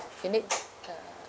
you need uh